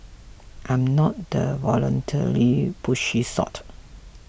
I'm not the violently pushy sort